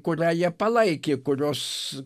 kurią jie palaikė kurios